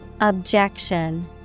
Objection